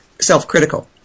self-critical